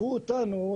תשמעו,